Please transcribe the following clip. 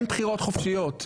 אין בחירות חופשיות.